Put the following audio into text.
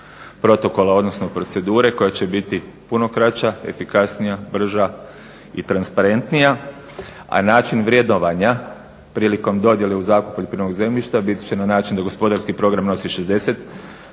protokola, odnosno procedure koja će biti puno kraća, efikasnija, brža i transparentnija a način vrednovanja prilikom dodjele u zakup poljoprivrednog zemljišta bit će na način da gospodarski program nosi 60